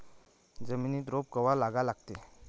जमिनीत रोप कवा लागा लागते?